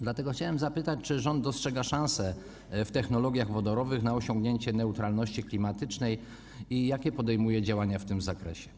Dlatego chciałem zapytać, czy rząd dostrzega w technologiach wodorowych szansę na osiągnięcie neutralności klimatycznej i jakie podejmuje działania w tym zakresie.